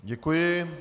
Děkuji.